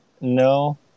no